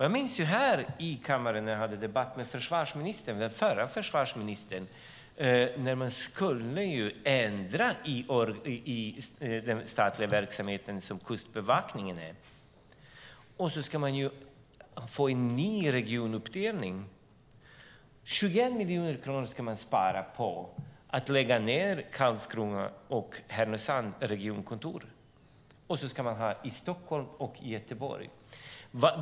Jag minns när jag hade en debatt här i kammaren med den förra försvarsministern när man skulle ändra i den statliga verksamhet som bedrivs av Kustbevakningen och införa en ny regionuppdelning. 21 miljoner kronor skulle man spara på att lägga ned regionkontoren i Karlskrona och Härnösand och enbart behålla regionkontoren i Stockholm och Göteborg.